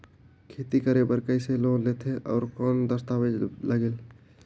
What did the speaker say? खेती करे बर कइसे लोन लेथे और कौन दस्तावेज लगेल?